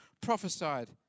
prophesied